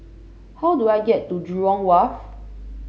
how do I get to Jurong Wharf